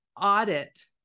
audit